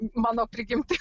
mano prigimtis